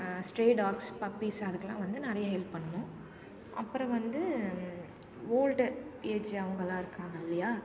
stay dogs puppies அதுக்கெலாம் வந்து நிறைய ஹெல்ப் பண்ணனும் அப்புறம் வந்து ஓல்டு ஏஜ் அவங்களாம் இருக்காங்க இல்லையா